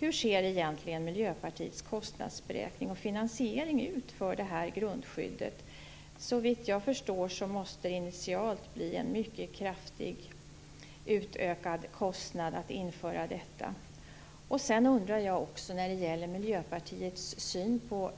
Hur ser egentligen Miljöpartiets kostnadsberäkning och finansiering ut för grundskyddet? Såvitt jag förstår måste det initialt bli en mycket kraftigt utökad kostnad att införa detta. Miljöpartiets syn på